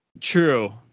True